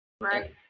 Right